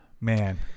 Man